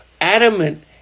adamant